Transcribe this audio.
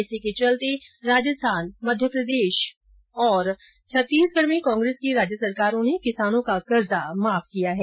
इसके चलते राजस्थान मध्यप्रदेश और छत्तीसगढ़ में कांग्रेस की राज्य सरकारों ने किसानों का कर्जा माफ किया है